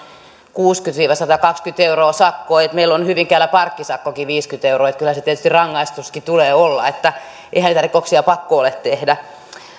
kuusikymmentä viiva satakaksikymmentä euroa sakkoa meillä on hyvinkäällä parkkisakkokin viisikymmentä euroa niin että kyllä sen tietysti rangaistuskin tulee olla eihän niitä rikoksia pakko ole tehdä